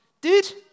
dude